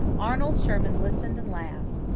arnold sherman listened and laughed.